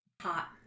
Hot